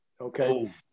Okay